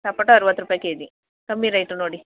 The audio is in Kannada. ಸಪೊಟೊ ಅರವತ್ತು ರೂಪಾಯ್ ಕೆಜಿ ಕಮ್ಮಿ ರೇಟು ನೋಡಿ